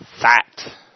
fat